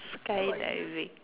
skydiving